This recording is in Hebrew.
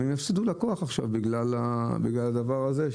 והם מפסידים לקוח עכשיו בגלל הדבר הזה,